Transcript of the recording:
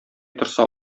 торса